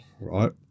right